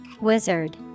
Wizard